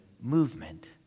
movement